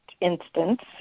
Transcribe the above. instance